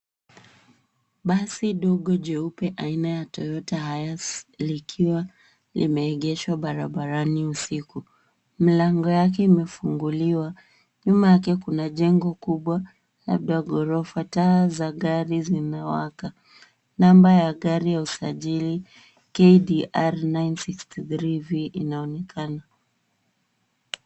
Basi dogo jeupe aina ya Toyota Hiace likiwa limeegeshwa barabarani usiku. Mlango yake imefunguliwa. Nyuma yake kuna jengo kubwa labda ghorofa. Taa za gari zinawaka. Namba ya gari ya usajili KDR 963V inaonekana.